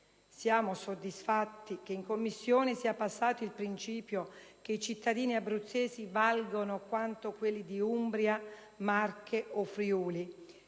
Siamo soddisfatti che in Commissione sia passato il principio che i cittadini abruzzesi valgono quanto quelli di Umbria, Marche o Friuli,